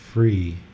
Free